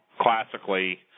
classically